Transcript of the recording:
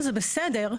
הסקר.